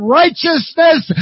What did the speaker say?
righteousness